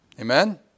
Amen